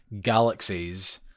galaxies